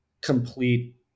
complete